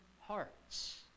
hearts